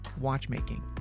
watchmaking